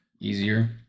easier